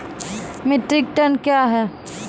Metric tonne कया हैं?